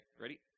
Ready